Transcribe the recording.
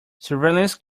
surveillance